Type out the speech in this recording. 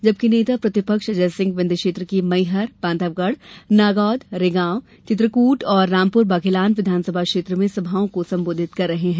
जबकि नेता प्रतिपक्ष अजय सिंह विन्ध्य क्षेत्र की मैहर बांधवगढ़ नागौद रैगॉव चित्रकूट और रामपुर बघेलान विधानसभा क्षेत्र में सभाओं को संबोधित कर रहे हैं